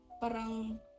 parang